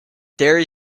there